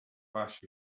flash